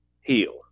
heal